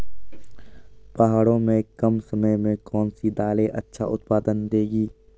पहाड़ों में कम समय में कौन सी दालें अच्छा उत्पादन देंगी?